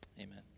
amen